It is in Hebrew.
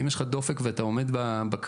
אם יש לך דופק ואתה עומד בקריטריונים,